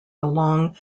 along